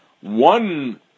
one